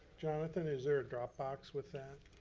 jonathan is there a dropbox with that?